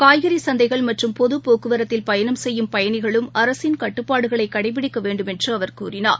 காய்கறிசந்தைகள் மற்றும் பொதுபோக்குவரத்தில் பயணம் செய்யும் பயணிகளும் அரசின் கட்டுப்பாடுகளைகடைபிடிக்கவேண்டுமென்றுஅவர் கூறினார்